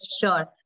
sure